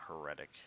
heretic